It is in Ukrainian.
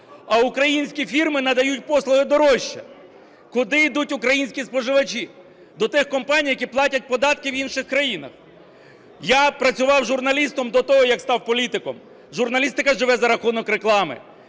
а українські фірми надають послуги дорожче. Куди йдуть українські споживачі? До тих компаній, які платять податки в інших країнах. Я працював журналістом до того, як став політиком, журналістика живе за рахунок реклами.